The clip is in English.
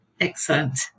Excellent